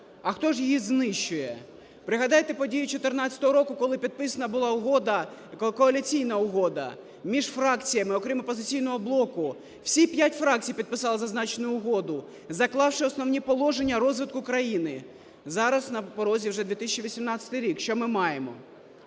А хто ж її знищує? Пригадайте події 14-го року, коли підписана була угода, коаліційна угода, між фракціями, окрім "Опозиційного блоку", всі п'ять фракцій підписали зазначену угоду, заклавши основні положення розвитку країни. Зараз на порозі вже 2018 рік. Що ми маємо?